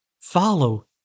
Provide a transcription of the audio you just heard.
follow